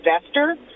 investor